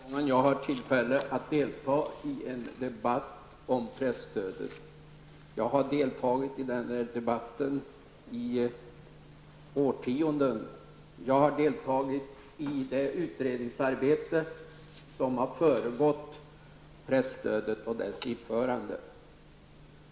Fru talman! Detta är sista gången jag har tillfälle att delta i en debatt om presstödet. Jag har deltagit i denna debatt i årtionden. Jag har också deltagit i det utredningsarbete som har föregått presstödet och dess införande.